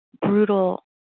brutal